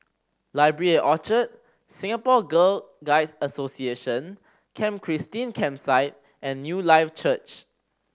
Library at Orchard Singapore Girl Guides Association Camp Christine Campsite and Newlife Church